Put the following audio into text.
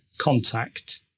contact